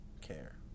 care